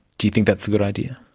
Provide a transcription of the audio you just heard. do you think that's a good idea?